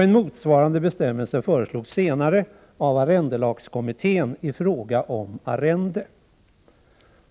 En motsvarande bestämmelse föreslogs senare av arrendelagskommittén i fråga om arrende.